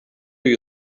you